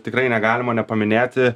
tikrai negalima nepaminėti